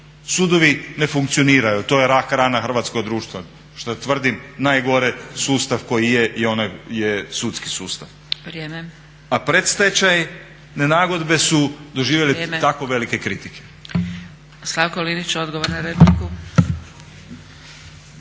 sudovi ne funkcioniraju. To je rak rana hrvatskog društva što je tvrdim najgore sustav koji je i onaj sudski sustav. …/Upadica Zgrebec: Vrijeme./… A predstečajne nagodbe su doživjele tako velike kritike.